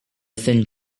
thin